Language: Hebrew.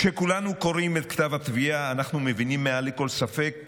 כשכולנו קוראים את כתב התביעה אנחנו מבינים מעל לכל ספק